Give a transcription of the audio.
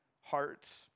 hearts